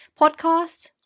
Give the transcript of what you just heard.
podcast